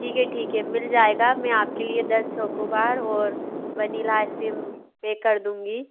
ठीक है ठीक है मिल जाएगा मैं आपके लिए दस चॉकोबार और वनीला आइसक्रीम पेक कर दूँगी